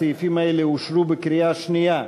הסעיפים האלה אושרו בקריאה שנייה.